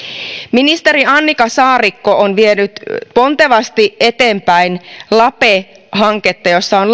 ministeri annika saarikko on vienyt pontevasti eteenpäin lape hanketta jossa on